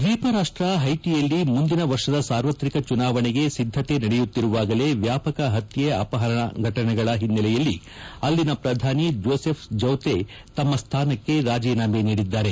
ದ್ವೀಪರಾಷ್ಟ ಹೈಟಿಯಲ್ಲಿ ಮುಂದಿನ ವರ್ಷದ ಸಾರ್ವತ್ರಿಕ ಚುನಾವಣೆಗೆ ಸಿದ್ಧಕೆ ನಡೆಯುತ್ತಿರುವಾಗಲೇ ವ್ವಾಪಕ ಪತ್ಯೆಗಳು ಮತ್ತು ಅವಹರಣಗಳ ಘಟನೆಗಳ ಹಿನ್ನೆಲೆಯಲ್ಲಿ ಅಲ್ಲಿ ಪ್ರಧಾನಿ ಜೋಸೆಫ್ ಜೌತೆ ತಮ್ಮ ಸ್ಥಾನಕ್ಕೆ ರಾಜೀನಾಮೆ ನೀಡಿದ್ದಾರೆ